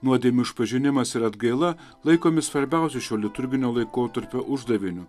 nuodėmių išpažinimas ir atgaila laikomi svarbiausiu šio liturginio laikotarpio uždaviniu